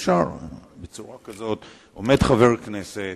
אי-אפשר בצורה כזאת, עומד חבר הכנסת